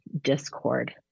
discord